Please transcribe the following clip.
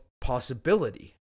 possibility